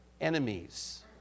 enemies